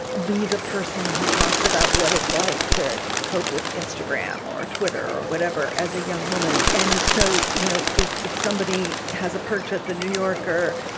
be the person who talks about what it's like to cope with instagram or twitter or whatever. as a young woman. and so, you know, if if somebody has a perch at the new yorker,